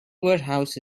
warehouse